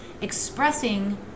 expressing